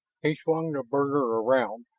he swung the burner around,